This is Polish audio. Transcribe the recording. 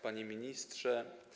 Panie Ministrze!